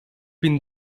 bin